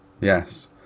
yes